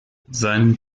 seinen